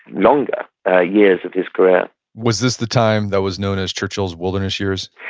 longer, ah years of his career was this the time that was known as churchill's wilderness years?